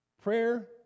Prayer